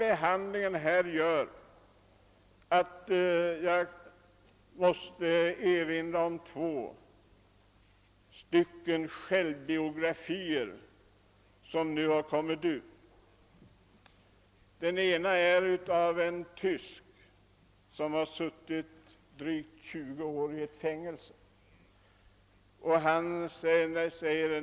Behandlingen av ärendet gör att jag måste erinra om två självbiografier som kommit ut på sistone. Den ena har skrivits av en tysk som suttit drygt 20 år 1 fängelse.